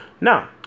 now